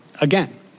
Again